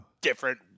different